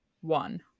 one